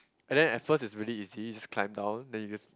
and then at first it's really easy you just climb down then you just